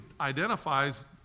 identifies